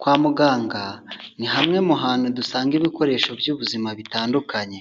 Kwa muganga, ni hamwe mu hantu dusanga ibikoresho by'ubuzima bitandukanye.